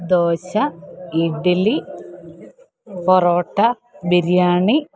dosa idli parotta biryani